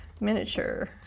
Miniature